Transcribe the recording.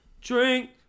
drink